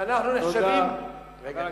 שאנחנו נחשבים, תודה.